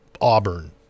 Auburn